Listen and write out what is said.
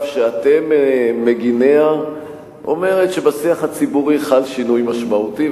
שאתם מגיניה אומרת שבשיח הציבורי חל שינוי משמעותי,